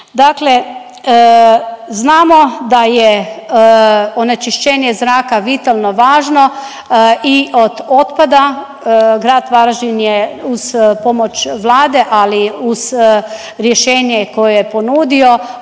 Dakle, znamo da je onečišćenje zraka vitalno važno i od otpada grad Varaždin je uz pomoć Vlade, ali uz rješenje koje je ponudio